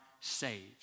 saved